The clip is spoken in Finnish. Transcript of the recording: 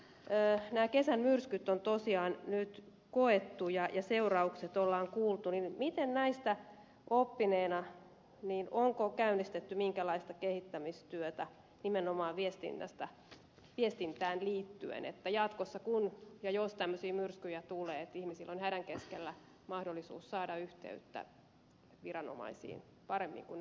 kun nämä kesän myrskyt on tosiaan nyt koettu ja seuraukset kuultu niin onko näistä oppineena käynnistetty minkälaista kehittämistyötä nimenomaan viestintään liittyen niin että jatkossa kun ja jos tämmöisiä myrskyjä tulee ihmisillä on hädän keskellä mahdollisuus saada yhteyttä viranomaisiin paremmin kuin näiden myrskyjen aikana